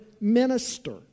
minister